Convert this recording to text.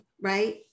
right